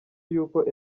y’uko